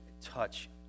touch